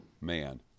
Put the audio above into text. Man